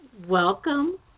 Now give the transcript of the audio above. Welcome